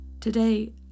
Today